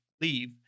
leave